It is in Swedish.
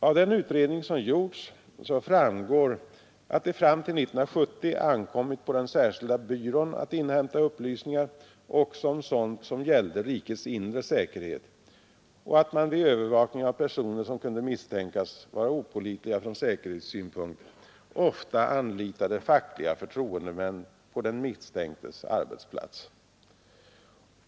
Av den utredning som gjorts framgår att det fram till 1970 ankommit på den särskilda byrån att inhämta upplysningar också om sådant som gällde rikets inre säkerhet och att man vid övervakning av personer som kunde misstänkas vara opålitliga från säkerhetssynpunkt ofta anlitade fackliga förtroendemän på den misstänktes arbetsplats.